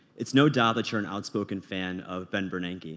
it's no doubt that you're an outspoken fan of ben benanke,